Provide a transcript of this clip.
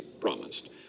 promised